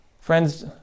Friends